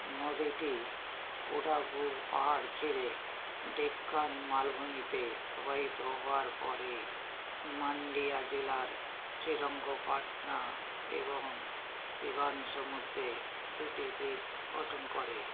নদীটি কোডাগু পাহাড় ছেড়ে ডেক্কান মালভূমিতে প্রবাহিত হওয়ার পরে মান্ডীয়া জেলার শ্রীরঙ্গ পাটনা এবং শিবান সমুদ্রে দুটি দ্বীপ গঠন করে